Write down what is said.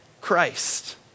Christ